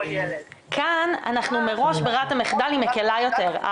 כאן מראש ברירת המחדל היא מקלה יותר.